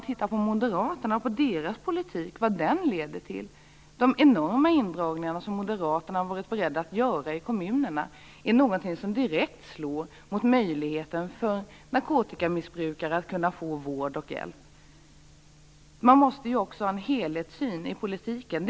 Men moderaternas politik och de enorma indragningar som moderaterna har varit beredda att göra i kommunerna, slår direkt mot möjligheten för narkotikamissbrukare att få vård och hjälp. Man måste ju också ha en helhetssyn i politiken.